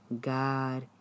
God